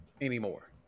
anymore